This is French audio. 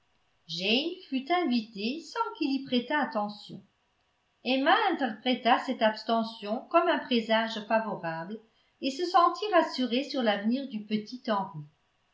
jane fut invitée sans qu'il y prêtât attention emma interpréta cette abstention comme un présage favorable et se sentit rassurée sur l'avenir du petit henri